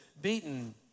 beaten